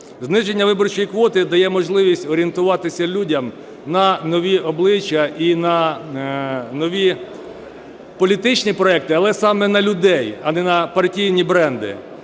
Зниження виборчої квоти дає можливість орієнтуватися людям на нові обличчя і на нові політичні проекти, але саме на людей, а не на партійні бренди.